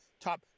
Top